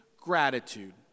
gratitude